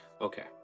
Okay